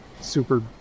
super